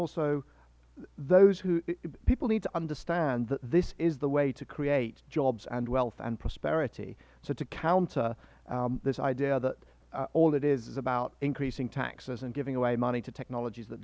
also those who people need to understand that this is the way to create jobs and wealth and prosperity so to counter this idea that all it is is about increasing taxes and giving away money to technologies th